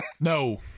No